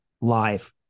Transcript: live